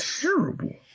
Terrible